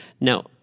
Now